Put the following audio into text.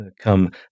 come